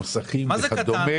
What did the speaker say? מוסכים וכדומה.